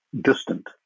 distant